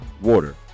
water